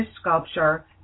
sculpture